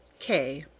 k.